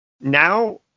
now